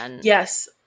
yes